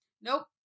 Nope